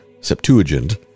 Septuagint